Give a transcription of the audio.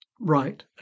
Right